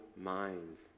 minds